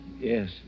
Yes